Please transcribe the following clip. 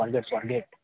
Swargate Swargate